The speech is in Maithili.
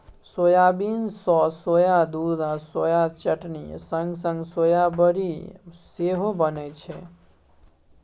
सोयाबीन सँ सोया दुध आ सोया चटनी संग संग सोया बरी सेहो बनै छै